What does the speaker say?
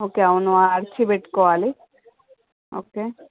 okay అవును RC పెట్టుకోవాలి okay